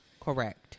Correct